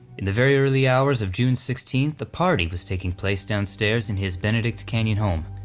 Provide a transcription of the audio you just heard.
in the very early hours of june sixteenth a party was taking place downstairs in his benedict canyon home.